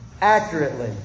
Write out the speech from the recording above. accurately